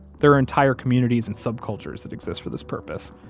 there are entire communities and subcultures that exist for this purpose.